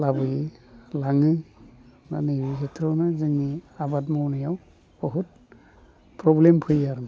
लाङो माने बोथोरावनो जोंनि आबाद मावनायाव बहुद प्रब्लेम फैयो आरो